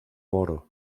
moro